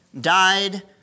died